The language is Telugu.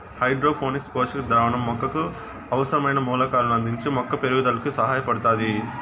హైడ్రోపోనిక్స్ పోషక ద్రావణం మొక్కకు అవసరమైన మూలకాలను అందించి మొక్క పెరుగుదలకు సహాయపడుతాది